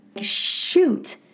Shoot